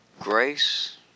Grace